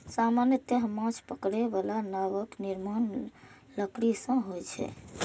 सामान्यतः माछ पकड़ै बला नावक निर्माण लकड़ी सं होइ छै